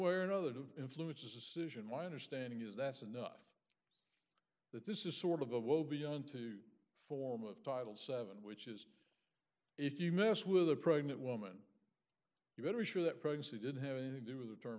e or other to influence this decision my understanding is that's enough that this is sort of a well beyond two form of title seven which is if you mess with a pregnant woman you better be sure that pregnancy didn't have anything to do with the term